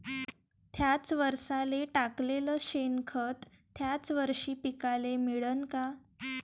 थ्याच वरसाले टाकलेलं शेनखत थ्याच वरशी पिकाले मिळन का?